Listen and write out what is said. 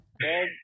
hey